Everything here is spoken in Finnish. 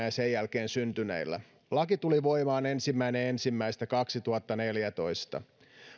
ja sen jälkeen syntyneillä laki tuli voimaan ensimmäinen ensimmäistä kaksituhattaneljätoista